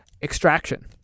Extraction